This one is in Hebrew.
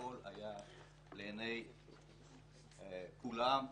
הכול היה לעיניי כולם,